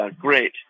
great